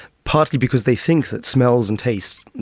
partly because they think that smells and tastes,